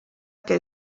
que